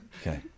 Okay